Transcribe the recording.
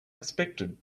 expected